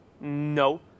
No